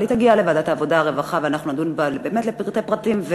אבל היא תגיע לוועדת העבודה והרווחה ואנחנו נדון בה לפרטי פרטים,